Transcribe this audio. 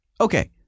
Okay